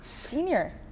Senior